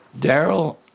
Daryl